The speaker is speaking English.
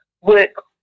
work